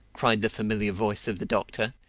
cried the familiar voice of the doctor,